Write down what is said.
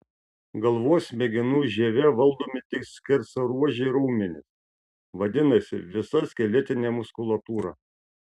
galvos smegenų žieve valdomi tik skersaruožiai raumenys vadinasi visa skeletinė muskulatūra